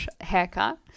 haircut